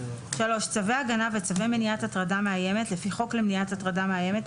צווי הגנה וצווי מניעת הטרדה מאיימת לפי חוק למניעת הטרדה מאיימת,